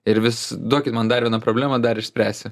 ir vis duokit man dar vieną problemą dar išspręsiu